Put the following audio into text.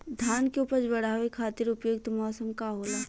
धान के उपज बढ़ावे खातिर उपयुक्त मौसम का होला?